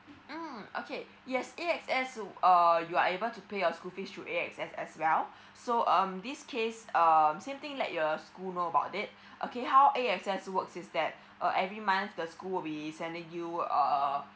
mm okay yes A_X_S uh you are able to pay your school fee through A_X_S as well so um this case uh same thing let your school know about it okay how A_X_S works is that uh every month the school will be sending you uh